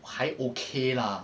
还 okay lah